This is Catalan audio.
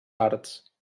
arts